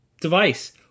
device